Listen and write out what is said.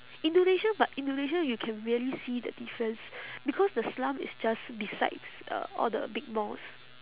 indonesia but indonesia you can really see the difference because the slum is just besides uh all the big malls